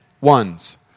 ones